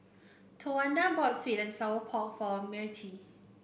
Towanda bought sweet and Sour Pork for Mirtie